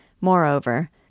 Moreover